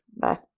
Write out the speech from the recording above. Bye